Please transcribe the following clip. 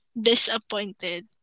disappointed